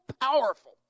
powerful